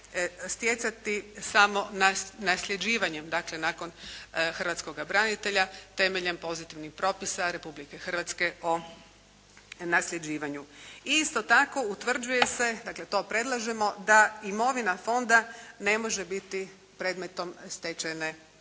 stjecati samo nasljeđivanjem, dakle nakon hrvatskoga branitelja temeljem pozitivnih propisa Republike Hrvatske o nasljeđivanju. I isto tako utvrđuje se, dakle to predlažemo da imovina fonda ne može biti predmetom stečajne